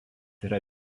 yra